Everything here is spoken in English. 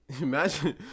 imagine